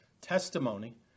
testimony